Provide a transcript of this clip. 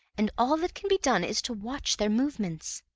and all that can be done is to watch their movements.